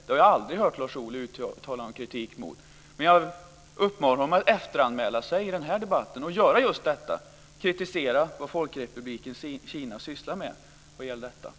Detta har jag aldrig hört Lars Ohly uttala någon kritik mot, men jag uppmanar honom att efteranmäla sig i den här debatten och göra just detta: kritisera vad Folkrepubliken Kina sysslar med i detta sammanhang.